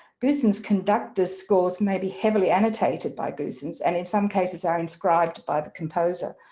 goossens conductors scores may be heavily annotated by goossens and in some cases are inscribed by the composer.